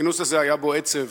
הכינוס הזה, היה בו עצב.